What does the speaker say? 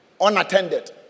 unattended